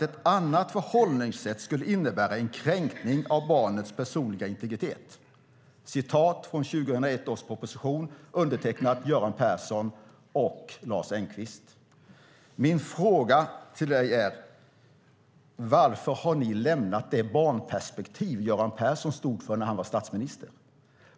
Ett annat förhållningssätt skulle innebära en kränkning av barnets personliga integritet. Det här var taget ur 2001 års proposition undertecknad av Göran Persson och Lars Engqvist. Varför har ni lämnat det barnperspektiv Göran Persson stod för när han var statsminister?